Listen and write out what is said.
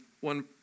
one